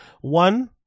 One